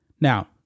Now